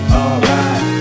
alright